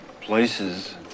places